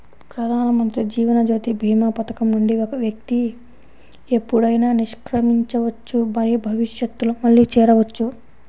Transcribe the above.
ప్రధానమంత్రి జీవన్ జ్యోతి భీమా పథకం నుండి వ్యక్తి ఎప్పుడైనా నిష్క్రమించవచ్చు మరియు భవిష్యత్తులో మళ్లీ చేరవచ్చు